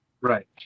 Right